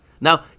Now